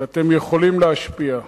ואתם יכולים להשפיע.